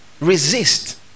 resist